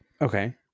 Okay